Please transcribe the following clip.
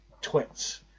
twits